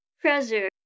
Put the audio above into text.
treasure